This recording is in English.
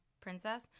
princess